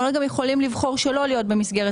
מעונות גם יכולים לבחור שלא להיות במסגרת